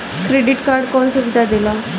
Credit card कौन सुबिधा देला?